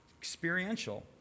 experiential